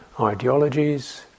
ideologies